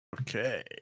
Okay